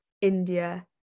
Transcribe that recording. India